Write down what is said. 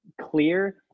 clear